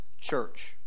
church